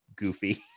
Goofy